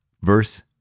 Verse